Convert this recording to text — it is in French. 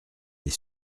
les